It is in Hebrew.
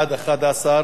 התשע"ב 2012, נתקבל.